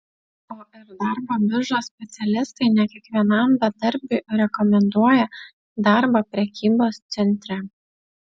o ir darbo biržos specialistai ne kiekvienam bedarbiui rekomenduoja darbą prekybos centre